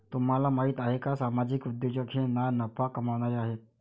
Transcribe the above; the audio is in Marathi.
तुम्हाला माहिती आहे का सामाजिक उद्योजक हे ना नफा कमावणारे आहेत